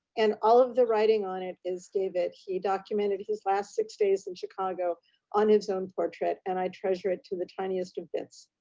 and all of the writing on it is david. he documented his last six days in chicago on his own portrait. and i treasure it to the tiniest of bits.